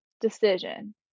decision